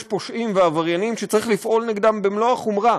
יש פושעים ועבריינים שצריך לפעול נגדם במלוא החומרה,